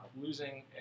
losing